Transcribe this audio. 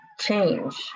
change